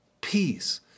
peace